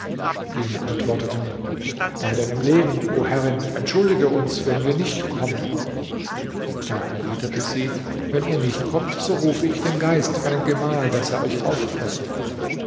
jene antworteten bei deinem leben o herrin entschuldige uns wenn wir nicht kommen da erwiderte sie wenn ihr nicht kommt so rufe ich den geist meinen gemahl daß er euch auffresse